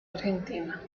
argentina